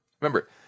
Remember